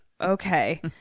okay